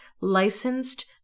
licensed